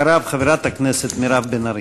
אחריו, חברת הכנסת מירב בן ארי.